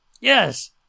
Yes